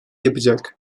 yapacak